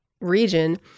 region